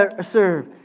serve